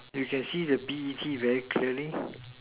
you can see the B_E_T very clearly